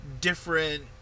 different